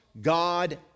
God